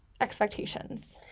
expectations